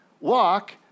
walk